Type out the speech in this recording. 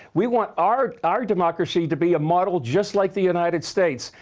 we want our our democracy to be a model just like the united states.